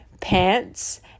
pants